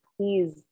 please